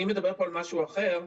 אני מדבר פה על משהו אחר.